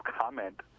comment